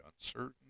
uncertain